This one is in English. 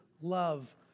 love